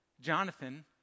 Jonathan